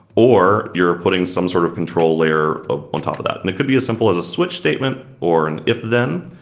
or you're putting some sort of control layer ah on top of that, and it could be as simple as a switch statement or an if then.